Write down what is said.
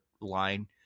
line